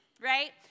right